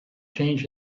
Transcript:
change